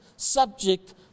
Subject